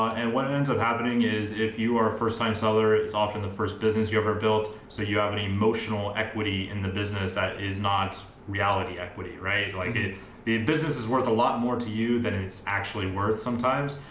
and what ends up happening is if you are a first time seller, it's often the first business you ever built. so you have any emotional equity in the business that is not reality equity, right? like did the business is worth a lot more to you than it's actually worth sometimes.